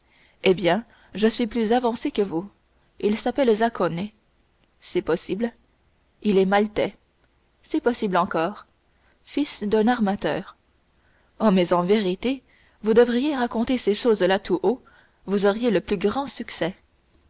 eh bien je suis plus avancée que vous il s'appelle zaccone c'est possible il est maltais c'est possible encore fils d'un armateur oh mais en vérité vous devriez raconter ces choses-là tout haut vous auriez le plus grand succès